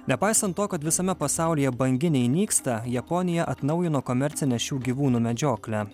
nepaisant to kad visame pasaulyje banginiai nyksta japonija atnaujino komercinę šių gyvūnų medžioklę